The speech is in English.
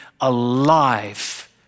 alive